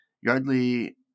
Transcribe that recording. Yardley